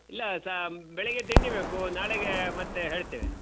ಇಲ್ಲ ಸಾ ಬೆಳಿಗ್ಗೆ ತಿಂಡಿ ಬೇಕು ನಾಳೆಗೆ ಮತ್ತೆ ಹೇಳ್ತೇವೆ